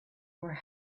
were